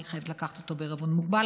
אני חייבת לקחת אותו בעירבון מוגבל,